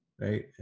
right